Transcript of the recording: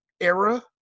era